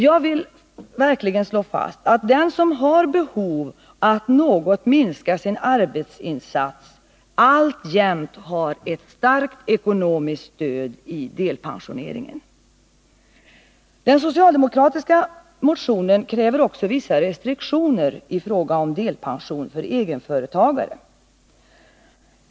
Jag vill verkligen slå fast att den som har behov av att något minska sin arbetsinsats alltjämt har ett starkt ekonomiskt stöd i delpensioneringen. Den socialdemokratiska motionen kräver också vissa restriktioner i fråga om delpension för egenföretagare.